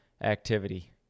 activity